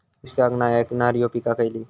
दुष्काळाक नाय ऐकणार्यो पीका खयली?